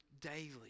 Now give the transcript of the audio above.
daily